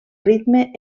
ritme